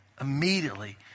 immediately